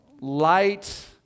light